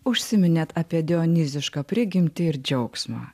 užsiminėt apie dionizišką prigimtį ir džiaugsmą